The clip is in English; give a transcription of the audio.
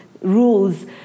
rules